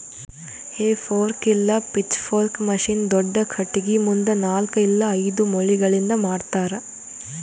ಹೇ fork ಇಲ್ಲ pitchfork machine ದೊಡ್ದ ಖಟಗಿ ಮುಂದ ನಾಲ್ಕ್ ಇಲ್ಲ ಐದು ಮೊಳಿಗಳಿಂದ್ ಮಾಡ್ತರ